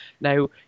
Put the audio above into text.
Now